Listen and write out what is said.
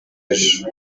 ejo